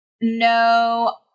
No